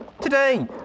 Today